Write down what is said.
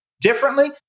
differently